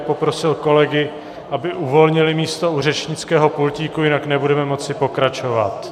Poprosil bych kolegy, aby uvolnili místo u řečnické pultíku, jinak nebudeme moci pokračovat.